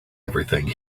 everything